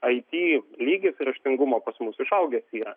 it lygis raštingumo pas mus išaugęs yra